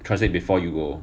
translate before you go